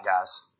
guys